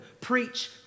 preach